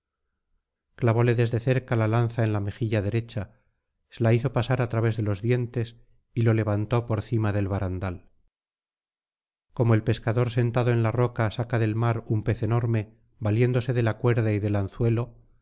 clavóle desde cerca la lanza en la mejilla derecha se la hizo pasar á través de los dientes y lo levantó por cima del barandal como el pescador sentado en la roca saca del mar un pez enorme valiéndose de la cuerda y del anzuelo